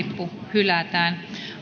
hylätään